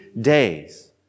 days